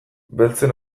beltzen